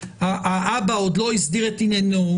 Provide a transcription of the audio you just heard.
האבא עוד לא הסדיר את ענייניו,